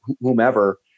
whomever